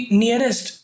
nearest